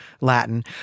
Latin